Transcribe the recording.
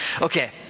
okay